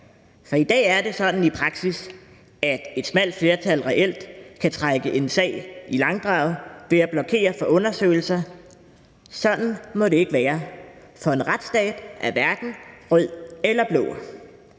for i dag er det i praksis sådan, at et smalt flertal reelt kan trække en sag i langdrag ved at blokere for undersøgelser. Sådan må det ikke være, for en retsstat er hverken rød eller blå.